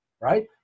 Right